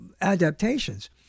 adaptations